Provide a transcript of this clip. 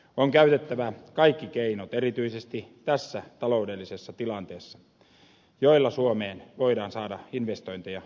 on käytettävä kaikki keinot erityisesti tässä taloudellisessa tilanteessa joilla suomeen voidaan saada investointeja ja työpaikkoja